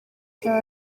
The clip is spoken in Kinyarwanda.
cya